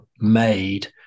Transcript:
made